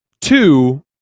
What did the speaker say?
Two